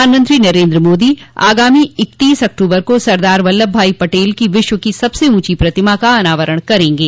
प्रधानमंत्री नरेन्द्र मोदी आगामी इकतीस अक्टूबर को सरदार वल्लभ भाई पटेल की विश्व की सबसे ऊँची प्रतिमा का अनावरण करेंगे